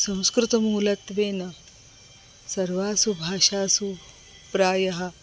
संस्कृतमूलत्वेन सर्वासु भाषासु प्रायः